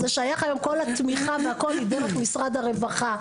ושייך היום כל התמיכה והכול דרך משרד הרווחה.